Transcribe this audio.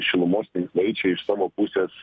šilumos tinklai čia iš savo pusės